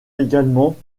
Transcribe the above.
également